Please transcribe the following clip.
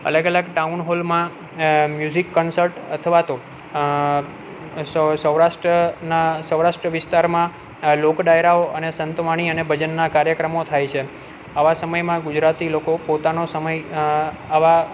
અલગ અલગ ટાઉન હોલમાં મ્યુઝિક કન્સર્ટ અથવા તો સૌરાષ્ટ્રના સૌરાષ્ટ્ર વિસ્તારમાં આ લોક ડાયરાઓ અને સંતવાણી અને ભજનના કાર્યક્રમો થાય છે આવા સમયમાં ગુજરાતી લોકો પોતાનો સમય આવા